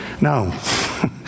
No